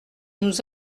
nous